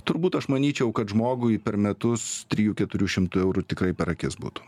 turbūt aš manyčiau kad žmogui per metus trijų keturių šimtų eurų tikrai per akis būtų